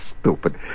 stupid